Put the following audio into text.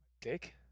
dick